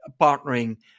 partnering